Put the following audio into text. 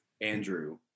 Andrew